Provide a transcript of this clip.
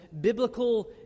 biblical